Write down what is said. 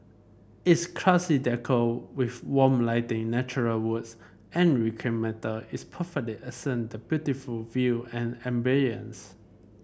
its classy decor with warm lighting natural woods and reclaimed metal is accent the beautiful view and ambiance